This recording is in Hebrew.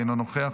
אינו נוכח,